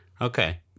Okay